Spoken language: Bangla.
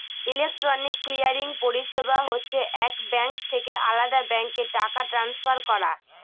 ইলেকট্রনিক ক্লিয়ারিং পরিষেবা হচ্ছে এক ব্যাঙ্ক থেকে আলদা ব্যাঙ্কে টাকা ট্রান্সফার করা